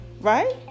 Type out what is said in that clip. right